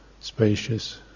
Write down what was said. spacious